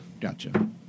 Gotcha